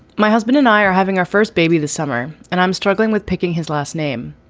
my husband and i are having our first baby this summer, and i'm struggling with picking his last name.